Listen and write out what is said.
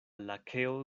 lakeo